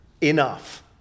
enough